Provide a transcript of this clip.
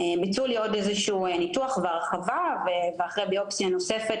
ביצעו לי עוד ניתוח בהרחבה ואחרי ביופסיה נוספת